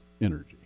energy